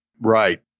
Right